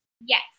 Yes